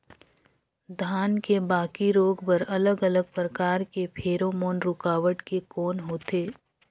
धान के बाकी रोग बर अलग अलग प्रकार के फेरोमोन रूकावट के कौन होथे?